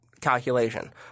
Calculation